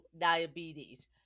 diabetes